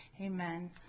Amen